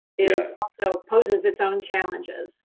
is also poses its own challenges.